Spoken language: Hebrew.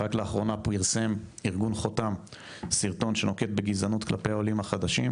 רק לאחרונה פרסם ארגון חותם סרטון שנוקט בגזענות כלפי העולים החדשים,